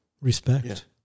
Respect